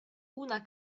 una